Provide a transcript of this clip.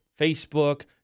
Facebook